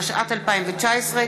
התשע"ט 2019,